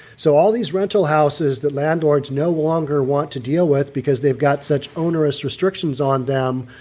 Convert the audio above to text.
so all these rental houses that landlords no longer want to deal with because they've got such onerous restrictions on them.